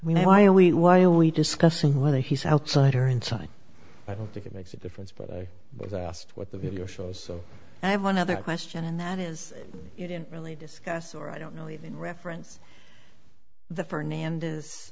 when i only n y only discussing whether he's outside or inside i don't think it makes a difference but i was asked what the video shows so i have one other question and that is you didn't really discuss or i don't know even reference the fernand